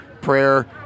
prayer